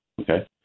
Okay